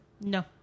No